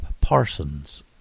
parsons